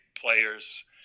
players